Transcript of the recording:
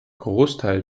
großteil